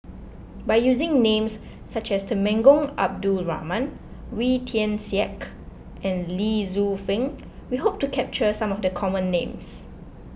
by using names such as Temenggong Abdul Rahman Wee Tian Siak and Lee Tzu Pheng we hope to capture some of the common names